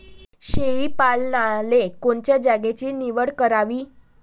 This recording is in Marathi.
शेळी पालनाले कोनच्या जागेची निवड करावी?